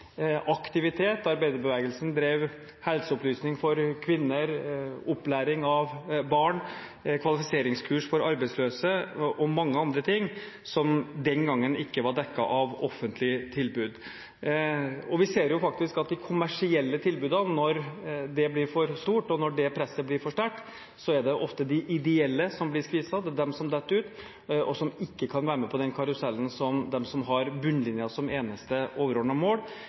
aktivitet. Arbeiderbevegelsen drev helseopplysning for kvinner, opplæring av barn, kvalifiseringskurs for arbeidsløse og mange andre ting, som den gangen ikke var dekket av offentlige tilbud. Og vi ser faktisk at når det kommersielle tilbudet blir for stort, når det presset blir for sterkt, er det ofte de ideelle som blir skviset. Det er de som faller ut, og som ikke kan være med på den samme karusellen som de som har bunnlinjen som eneste overordnede mål,